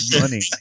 money